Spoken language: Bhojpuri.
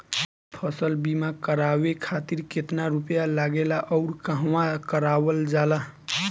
फसल बीमा करावे खातिर केतना रुपया लागेला अउर कहवा करावल जाला?